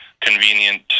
convenient